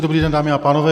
Dobrý den, dámy a pánové.